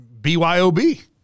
BYOB